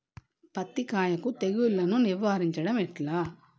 పత్తి కాయకు తెగుళ్లను నివారించడం ఎట్లా?